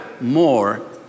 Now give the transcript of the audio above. more